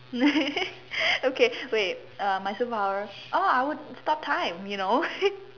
okay wait uh my superpower oh I would stop time you know